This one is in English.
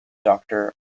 doctor